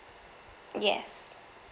yes